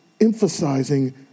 emphasizing